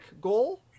goal